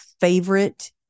favorite